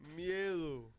miedo